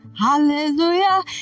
Hallelujah